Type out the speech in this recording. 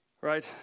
Right